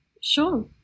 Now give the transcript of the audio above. Sure